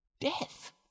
death